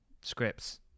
scripts